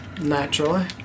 Naturally